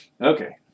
Okay